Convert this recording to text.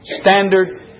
standard